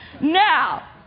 Now